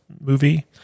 movie